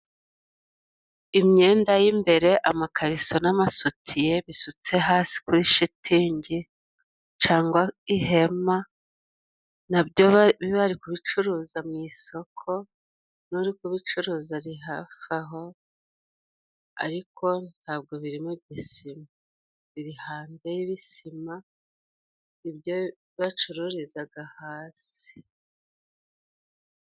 Imyenda y'imbere: amakariso n'amasutiye bisutse hasi kuri shitingi cangwa ihema na byo bari kubicuruza mu isoko, n'uri kubicuruza ari hafi aho ariko ntabwo biri mu gisima, biri hanze y'ibisima, ibyo bacururizaga hasi.